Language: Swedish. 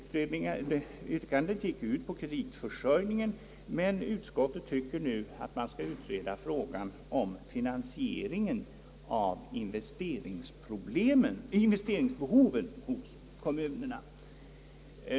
Yrkandet går ut på en utredning av de frågor som sammanhänger med kreditförsörjningen, men utskottet tycker nu att frågan om finansieringen av investeringsbehoven för kommunerna bör utredas.